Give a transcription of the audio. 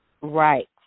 Right